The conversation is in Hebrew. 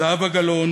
זהבה גלאון,